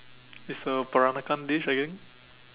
it's a peranakan dish I think